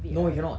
no he cannot